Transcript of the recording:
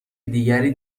دیگری